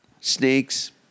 Snakes